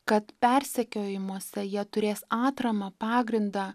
kad persekiojimuose jie turės atramą pagrindą